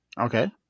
Okay